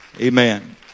Amen